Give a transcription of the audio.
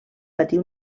patir